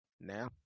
Now